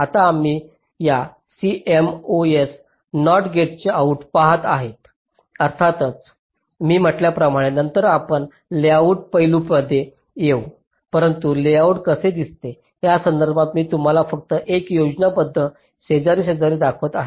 आता आम्ही या CMOS NOT गेटचे लेआउट पहात आहोत अर्थातच मी म्हटल्याप्रमाणे नंतर आपण लेआउट पैलूंमध्ये येऊ परंतु लेआउट कसे दिसते या संदर्भात मी तुम्हाला फक्त एक योजनाबद्ध शेजारी शेजारी दाखवत आहे